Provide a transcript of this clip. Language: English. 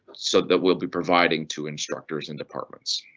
so that we'll be providing to instructors and departments.